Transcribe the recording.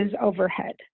overhead